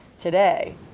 today